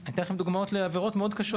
אני אתן לכם דוגמאות לעבירות מאוד קשות.